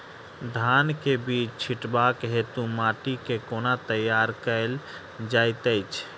धान केँ बीज छिटबाक हेतु माटि केँ कोना तैयार कएल जाइत अछि?